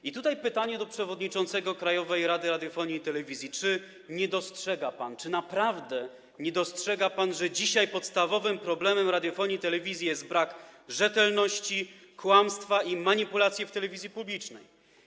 I tutaj pytanie do przewodniczącego Krajowej Rady Radiofonii i Telewizji: Czy nie dostrzega pan, czy naprawdę nie dostrzega pan, że dzisiaj podstawowym problemem radiofonii i telewizji jest brak rzetelności, kłamstwo i manipulacja w telewizji publicznej?